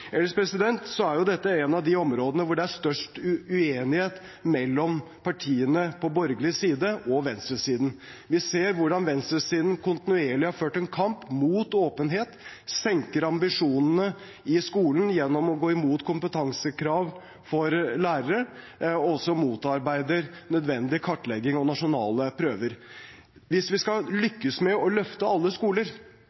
områdene der det er størst uenighet mellom partiene på borgerlig side og venstresiden. Vi ser hvordan venstresiden kontinuerlig har ført en kamp mot åpenhet, senker ambisjonene i skolen gjennom å gå imot kompetansekrav for lærere og motarbeider nødvendig kartlegging av nasjonale prøver. Hvis vi skal